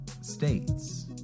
states